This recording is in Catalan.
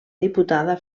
diputada